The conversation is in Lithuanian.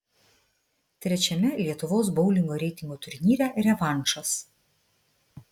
trečiame lietuvos boulingo reitingo turnyre revanšas